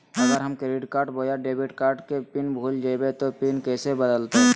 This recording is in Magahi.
अगर हम क्रेडिट बोया डेबिट कॉर्ड के पिन भूल जइबे तो पिन कैसे बदलते?